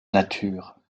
nature